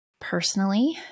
personally